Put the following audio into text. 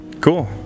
Cool